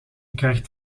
krijgt